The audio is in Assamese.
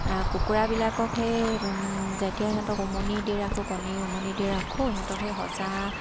কুকুৰাবিলাকক সেই যেতিয়া সিহঁতক উমনি দি ৰাখোঁ কণী উমনি দি ৰাখোঁ সিহঁতক সেই সজা